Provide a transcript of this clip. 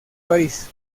parís